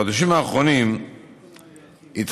בחודשים האחרונים התחלף